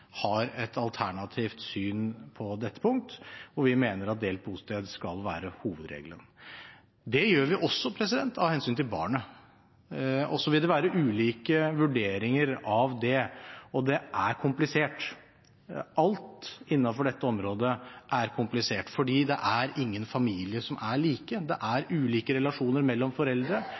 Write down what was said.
har et alternativt syn på dette punktet, og vi mener at delt bosted skal være hovedregelen. Det gjør vi også av hensyn til barnet. Så vil det være ulike vurderinger av det, og det er komplisert. Alt innenfor dette området er komplisert, for det er ingen familier som er like. Det er ulike relasjoner mellom foreldre,